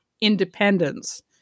independence